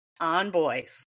onboys